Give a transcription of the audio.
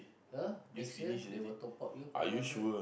!huh! next year they will top up you five hundred